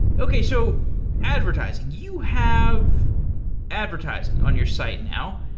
okay, so advertising. you have advertising on your site now.